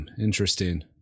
Interesting